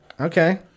okay